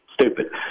stupid